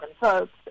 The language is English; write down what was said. folks